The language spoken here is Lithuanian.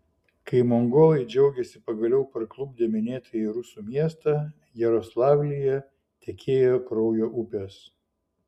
kai mongolai džiaugėsi pagaliau parklupdę minėtąjį rusų miestą jaroslavlyje tekėjo kraujo upės